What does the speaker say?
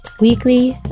Weekly